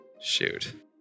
Shoot